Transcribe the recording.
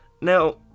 Now